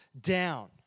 down